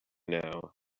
now